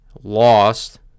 lost